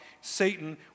Satan